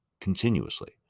continuously